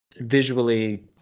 visually